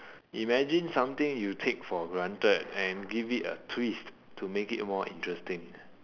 imagine something you take for granted and give it a twist to make it more interesting